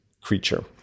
creature